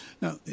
Now